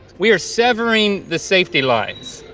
we are severing the safety lines.